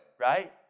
right